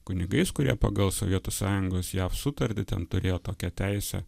kunigais kurie pagal sovietų sąjungos jav sutartį ten turėjo tokią teisę